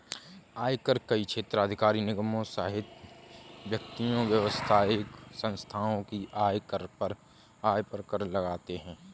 आयकर कई क्षेत्राधिकार निगमों सहित व्यक्तियों, व्यावसायिक संस्थाओं की आय पर कर लगाते हैं